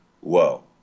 whoa